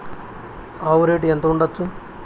ఆవు రేటు ఎంత ఉండచ్చు?